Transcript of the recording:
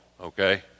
okay